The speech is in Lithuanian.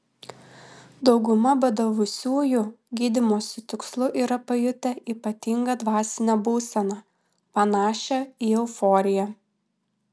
dauguma badavusiųjų gydymosi tikslu yra pajutę ypatingą dvasinę būseną panašią į euforiją